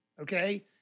okay